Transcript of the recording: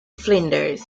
flinders